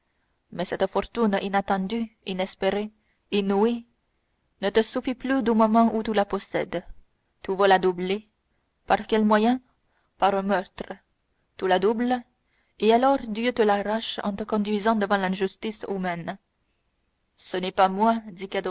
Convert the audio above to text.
mais cette fortune inattendue inespérée inouïe ne te suffit plus du moment où tu la possèdes tu veux la doubler par quel moyen par un meurtre tu la doubles et alors dieu te l'arrache en te conduisant devant la justice humaine ce n'est pas moi